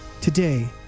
Today